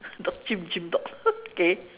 dog chimp chimp dog okay